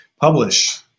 publish